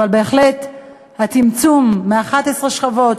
אבל בהחלט הצמצום מ-11 שכבות,